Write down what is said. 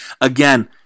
Again